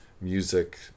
music